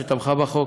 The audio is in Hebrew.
שתמכה בחוק,